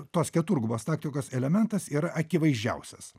tos keturgubos taktikos elementas ir akivaizdžiausias